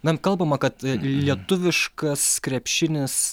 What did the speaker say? na kalbama kad lietuviškas krepšinis